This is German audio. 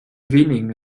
wenigen